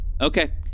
Okay